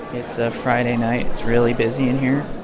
it's a friday night. it's really busy in here.